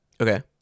okay